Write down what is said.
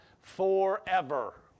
forever